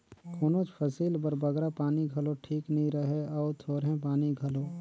कोनोच फसिल बर बगरा पानी घलो ठीक नी रहें अउ थोरहें पानी घलो